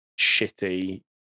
shitty